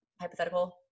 hypothetical